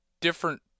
different